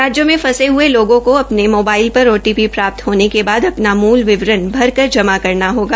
राज्यों में फंसे हए लोगों को अपने मोबाईल पर ओटीपी प्राप्त होने के बाद अपना मूल विवरण भर कर जमा करना होगा